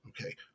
Okay